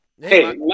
hey